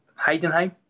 Heidenheim